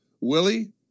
Willie